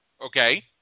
Okay